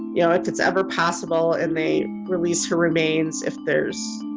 you know if it's ever possible and they release her remains, if there's